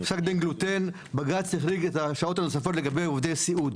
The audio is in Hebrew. בפסק דין גלוטן בג"ץ החריג את השעות הנוספות לגבי סיעוד,